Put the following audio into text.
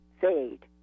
fade